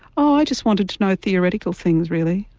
oh i just wanted to know theoretical things really,